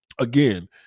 again